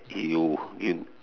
you you